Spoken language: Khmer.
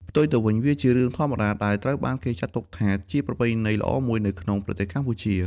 ផ្ទុយទៅវិញ វាជារឿងធម្មតាដែលត្រូវបានគេចាត់ទុកថាជាប្រពៃណីល្អមួយនៅក្នុងប្រទេសកម្ពុជា។